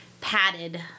padded